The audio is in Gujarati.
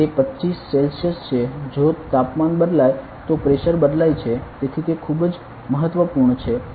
તે 25 સેલ્સિયસ છે જો તાપમાન બદલાય તો પ્રેશર બદલાય છે તેથી તે ખૂબ જ મહત્વપૂર્ણ છે